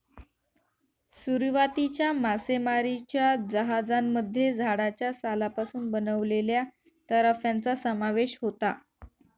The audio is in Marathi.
सुरुवातीच्या मासेमारीच्या जहाजांमध्ये झाडाच्या सालापासून बनवलेल्या तराफ्यांचा समावेश होता